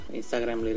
Instagram